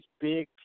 big